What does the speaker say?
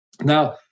Now